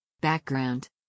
Background